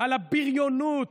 על הבריונות,